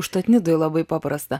užtat nidoj labai paprasta